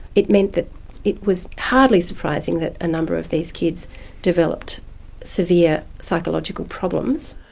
it meant that it was hardly surprising that a number of these kids developed severe psychological problems.